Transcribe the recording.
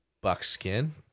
buckskin